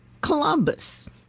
Columbus